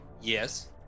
Yes